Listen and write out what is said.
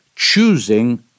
choosing